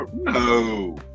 No